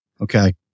Okay